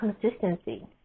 Consistency